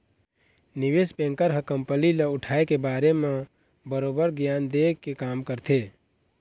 निवेस बेंकर ह कंपनी ल उठाय के बारे म बरोबर गियान देय के काम करथे